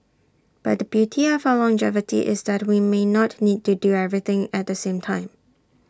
but the beauty of our longevity is that we may not need to do everything at the same time